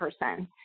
person